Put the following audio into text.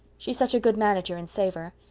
she's such a good manager and saver.